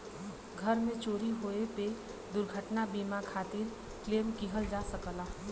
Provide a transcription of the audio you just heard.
घर में चोरी होये पे दुर्घटना बीमा खातिर क्लेम किहल जा सकला